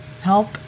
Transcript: help